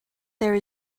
there